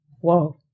whoa